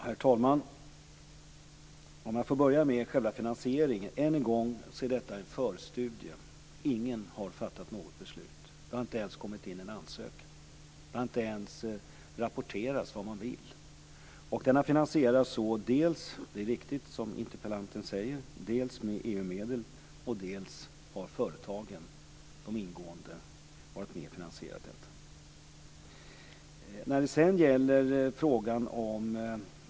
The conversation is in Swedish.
Herr talman! Jag skulle vilja börja med själva finansieringen. Än en gång: Detta är en förstudie. Ingen har fattat något beslut. Det har inte ens kommit in en ansökan. Det har inte ens rapporterats vad man vill. Förstudien har finansierats - det är riktigt som interpellanten säger - dels med EU-medel, dels har de ingående företagen varit med och finansierat.